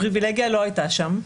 פריבילגיה לא הייתה שם,